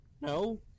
No